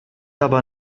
aber